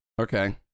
Okay